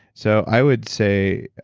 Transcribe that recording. so i would say,